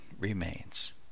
remains